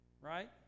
Right